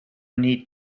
need